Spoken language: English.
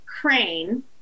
crane